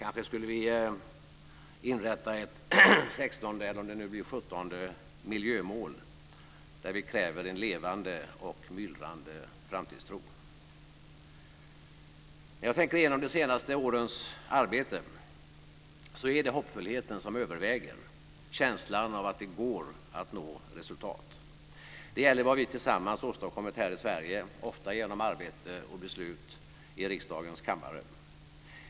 Kanske skulle vi inrätta ett sextonde, eller om det blir det sjuttonde, miljömål där vi kräver en levande och myllrande framtidstro. När jag tänker igenom de senaste årens arbete så är det hoppfullheten som överväger, känslan av att det går att nå resultat. Det gäller vad vi tillsammans har åstadkommit här i Sverige, ofta genom arbete och beslut i riksdagens kammare.